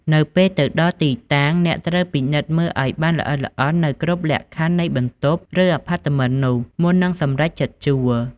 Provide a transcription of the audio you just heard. នៅពេលទៅដល់ទីតាំង អ្នកត្រូវពិនិត្យមើលឱ្យបានល្អិតល្អន់នូវគ្រប់លក្ខខណ្ឌនៃបន្ទប់ ឬអាផាតមិននោះ មុននឹងសម្រេចចិត្តជួល។